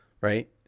right